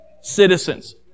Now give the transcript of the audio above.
citizens